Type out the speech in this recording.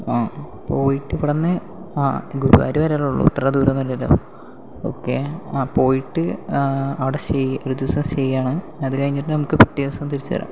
ആ പോയിട്ട് ഇവിടെ നിന്ന് ആ ഗുരുവായൂർ വരെ അല്ലെ ഉള്ളൂ അത്ര ദൂരം ഒന്നും ഇല്ലല്ലൊ ഓക്കെ ആ പോയിട്ട് അവിടെ സ്റ്റേ ഒരു ദിവസം സ്റ്റേ ചെയ്യുകയാണ് അത് കഴിഞ്ഞിട്ട് നമുക്ക് പിറ്റേ ദിവസം തിരിച്ചു വരാം